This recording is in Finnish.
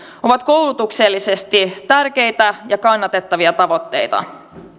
ovat koulutuksellisesti tärkeitä ja kannatettavia tavoitteita